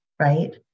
right